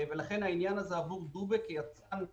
העניין הזה עבור "דובק" כיצרן מקומי,